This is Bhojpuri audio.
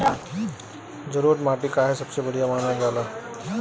जलोड़ माटी काहे सबसे बढ़िया मानल जाला?